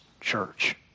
church